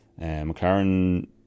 McLaren